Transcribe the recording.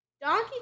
Donkey